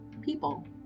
people